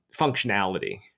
functionality